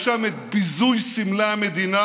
יש שם ביזוי של סמלי המדינה.